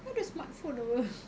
kau ada smartphone apa